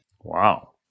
Wow